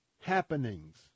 happenings